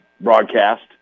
broadcast